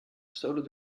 gestolen